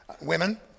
Women